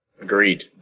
Agreed